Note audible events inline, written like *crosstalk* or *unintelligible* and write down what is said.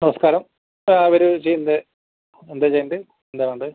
നമസ്കാരം ആ *unintelligible* ഉണ്ട് എന്താണ് ചെയ്യേണ്ടത് എന്താണ് വേണ്ടത്